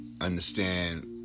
understand